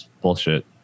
bullshit